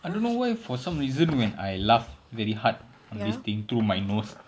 I don't know why for some reason when I laugh very hard on this thing through my nose